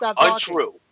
untrue